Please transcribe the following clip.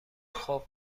خوب